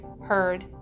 heard